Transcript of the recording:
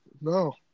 No